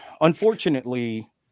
unfortunately